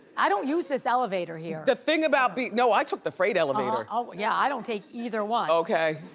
i don't use this elevator here. the thing about being, no i took the freight elevator. ah yeah i don't take either one. okay.